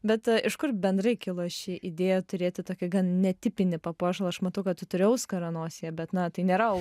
bet iš kur bendrai kilo ši idėja turėti tokį netipinį papuošalą aš matau kad tu turi auskarą nosyje bet na tai nėra